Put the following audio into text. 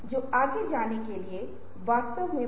यह कहने के बाद आइए अब यह परिभाषित करें कि समय प्रबंधन क्या है